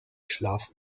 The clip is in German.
schlaf